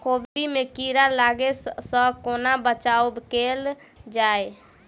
कोबी मे कीड़ा लागै सअ कोना बचाऊ कैल जाएँ?